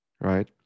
right